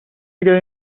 اگر